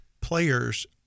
players